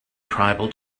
tribal